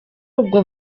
ubwo